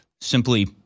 simply